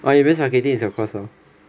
oh events marketing is your course loh